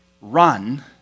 Run